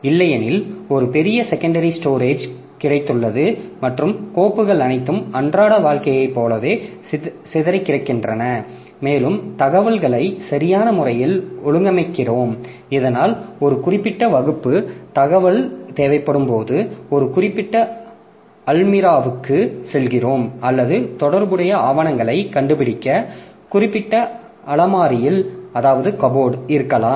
இல்லையெனில் ஒரு பெரிய செகண்டரி ஸ்டோரேஜ் கிடைத்துள்ளது மற்றும் கோப்புகள் அனைத்தும் அன்றாட வாழ்க்கையைப் போலவே சிதறிக்கிடக்கின்றன மேலும் தகவல்களை சரியான முறையில் ஒழுங்கமைக்கிறோம் இதனால் ஒரு குறிப்பிட்ட வகுப்பு தகவல் தேவைப்படும்போது ஒரு குறிப்பிட்ட அல்மிராவுக்குச் செல்கிறோம் அல்லது தொடர்புடைய ஆவணங்களைக் கண்டுபிடிக்க குறிப்பிட்ட அலமாரியில் இருக்கலாம்